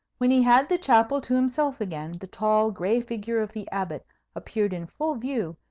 when he had the chapel to himself again, the tall gray figure of the abbot appeared in full view,